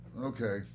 Okay